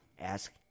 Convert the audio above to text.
ask